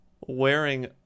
Wearing